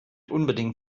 unbedingt